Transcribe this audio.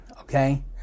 okay